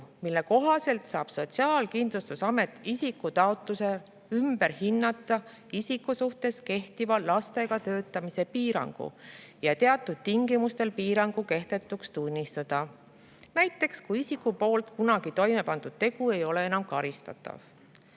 mille kohaselt saab Sotsiaalkindlustusamet isiku taotlusel ümber hinnata tema suhtes kehtiva lastega töötamise piirangu ja teatud tingimustel selle kehtetuks tunnistada, näiteks kui isiku poolt kunagi toime pandud tegu ei ole enam karistatav.